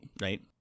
right